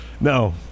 No